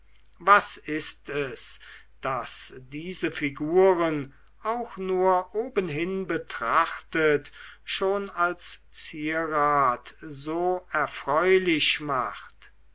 was ist es das diese figuren auch nur obenhin betrachtet schon als zierat so erfreulich macht